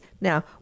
Now